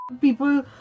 People